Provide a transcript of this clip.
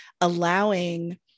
allowing